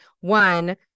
One